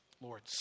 Lord